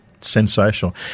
Sensational